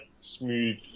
smooth